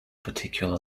particular